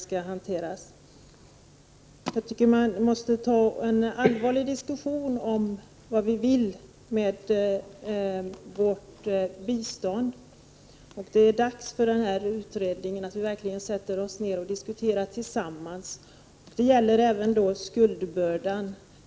Jag anser att man bör ha en allvarlig diskussion om vad vi vill göra med Sveriges bistånd, och det är verkligen dags att tillsätta en utredning så att vi tillsammans kan börja diskutera. Det gäller även skuldbördan.